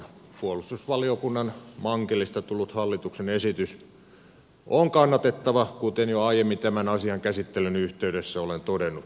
puolustusvaliokunnan mankelista tullut hallituksen esitys on kannatettava kuten jo aiemmin tämän asian käsittelyn yhteydessä olen todennut